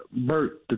Bert